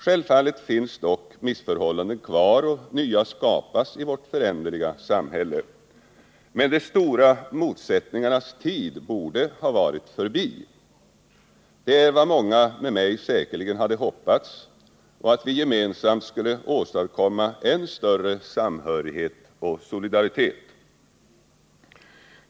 Självfallet finns dock missförhållanden kvar, och nya skapas i vårt föränderliga samhälle, men de stora motsättningarnas tid borde vara förbi. Det är vad många med mig säkerligen hade hoppats, och dessutom att vi gemensamt skulle åstadkomma än större samhörighet och solidaritet.